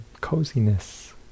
coziness